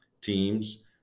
teams